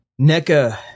NECA